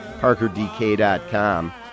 ParkerDK.com